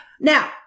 Now